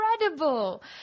incredible